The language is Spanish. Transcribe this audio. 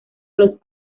los